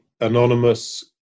anonymous